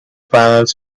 panels